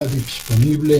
disponible